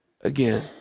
again